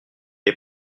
est